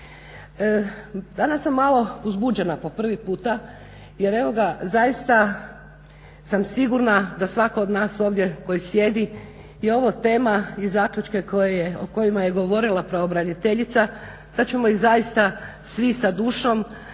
Danas sam malo uzbuđena po prvi puta jer evo ga zaista sam sigurna da svatko od nas ovdje koji sjedi je ovo tema i zaključke o kojima je govorila pravobraniteljica da ćemo ih zaista svi sa dušom